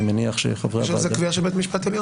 יש על זה קביעה של בית משפט עליון?